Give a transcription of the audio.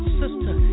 sister